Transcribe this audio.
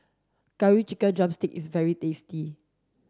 curry chicken drumstick is very tasty